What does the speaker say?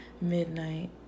midnight